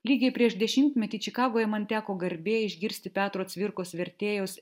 lygiai prieš dešimtmetį čikagoje man teko garbė išgirsti petro cvirkos vertėjos